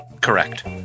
Correct